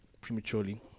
prematurely